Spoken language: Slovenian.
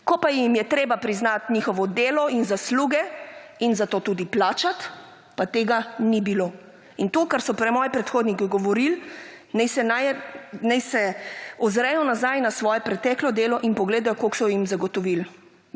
Ko pa jim je treba priznati njihovo delo in zasluge in za to tudi plačati, pa tega ni bilo. In to, kar so moji predhodniki govorili, naj se ozrejo nazaj na svoje preteklo delo in pogledajo, koliko so jim zagotovili.